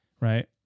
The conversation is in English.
right